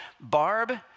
Barb